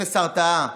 אפס התרעה,